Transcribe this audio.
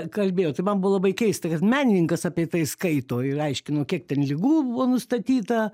kalbėjo tai man buvo labai keista kad menininkas apie tai skaito ir aiškino kiek ten ligų buvo nustatyta